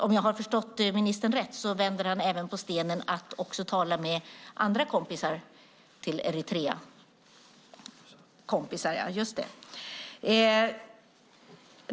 Om jag har förstått ministern rätt vänder han även på stenen att också tala med andra "kompisar" till Eritrea.